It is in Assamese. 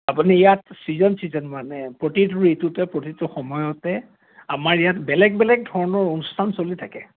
আপুনি ইয়াত ছিজন ছিজন মানে প্ৰতিটো ঋতুতে প্ৰতিটো সময়তে আমাৰ ইয়াত বেলেগ বেলেগ ধৰণৰ অনুষ্ঠান চলি থাকে